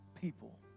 people